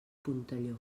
puntelló